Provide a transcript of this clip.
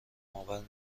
آور